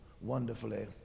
wonderfully